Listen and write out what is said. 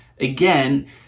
again